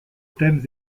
thèmes